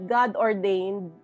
God-ordained